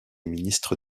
ministre